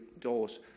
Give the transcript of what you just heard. doors